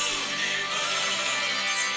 universe